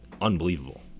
unbelievable